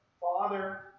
father